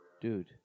Dude